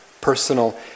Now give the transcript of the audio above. Personal